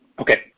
Okay